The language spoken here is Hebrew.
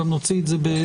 גם נוציא את זה בכתב.